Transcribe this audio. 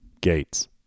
Gates